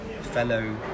fellow